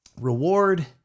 Reward